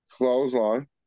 Clothesline